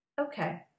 Okay